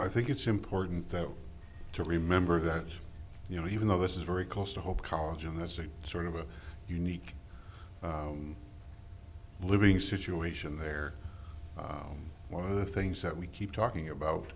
i think it's important that to remember that you know even though this is very close to hope college and that's a sort of a unique living situation there one of the things that we keep talking about